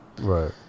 Right